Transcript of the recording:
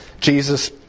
Jesus